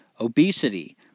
obesity